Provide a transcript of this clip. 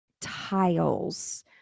tiles